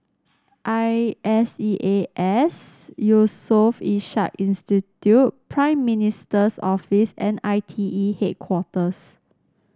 I S E A S Yusof Ishak Institute Prime Minister's Office and I T E Headquarters